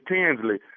Tinsley